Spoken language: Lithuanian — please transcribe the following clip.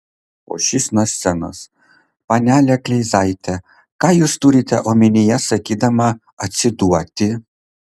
o šis nuo scenos panele kleizaite ką jūs turite omenyje sakydama atsiduoti